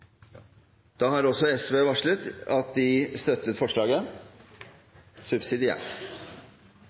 Da har også SV varslet at de støtter forslaget